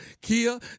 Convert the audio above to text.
Kia